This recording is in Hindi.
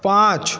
पाँच